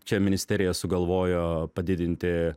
čia ministerija sugalvojo padidinti